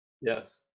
yes